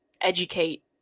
educate